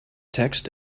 text